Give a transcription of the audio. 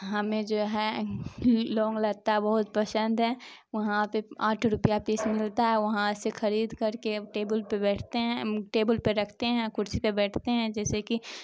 ہمیں جو ہے لونگ لتا بہت پسند ہے وہاں پہ آٹھ روپیہ پیس ملتا ہے وہاں سے خرید کر کے ٹیبل پہ بیٹھتے ہیں ٹیبل پہ رکھتے ہیں کرسی پہ بیٹھتے ہیں جیسے کہ